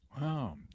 wow